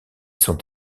sont